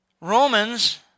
Romans